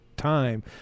time